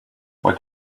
what